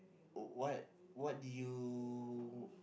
what what did you